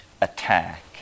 attack